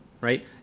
Right